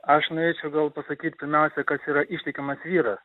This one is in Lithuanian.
aš norėčiau gal pasakyt pirmiausia kas yra ištikimas vyras